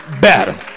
better